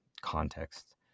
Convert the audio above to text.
context